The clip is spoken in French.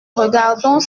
regardons